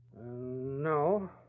No